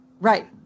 Right